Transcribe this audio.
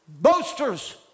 Boasters